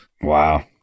Wow